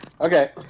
Okay